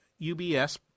UBS